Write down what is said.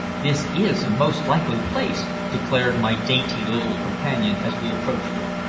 this is a most likely place, declared my dainty little companion as we approached it.